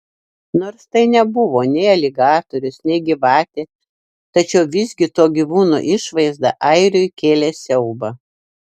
nors tai nebuvo nei aligatorius nei gyvatė tačiau visgi to gyvūno išvaizda airiui kėlė siaubą